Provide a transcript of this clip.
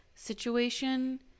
situation